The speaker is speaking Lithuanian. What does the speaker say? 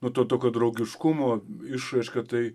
nu to tokio draugiškumo išraiška tai